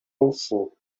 州府